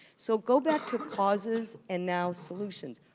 so go back to causes and now solutions.